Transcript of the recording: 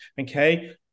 okay